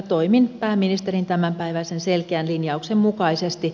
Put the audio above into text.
toimin pääministerin tämänpäiväisen selkeän linjauksen mukaisesti